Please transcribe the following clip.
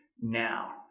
now